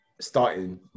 starting